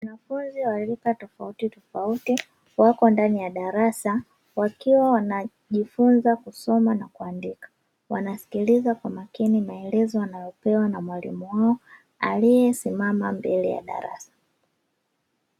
Wanafunzi wa rika tofautitofauti, wako ndani ya darasa wakiwa wanajifunza kusoma na kuandika, wanasikiliza kwa makini maelezo wanayopewa na mwalimu wao, aliyesimama mbele ya darasa.